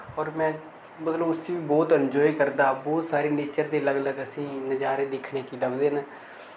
और में मतलब उसी बी बहुत एन्जाय करदा बहुत सारे नेचर दे लग्ग लग्ग स्हेई नजारे दिक्खने गी लभदे न